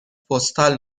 پستال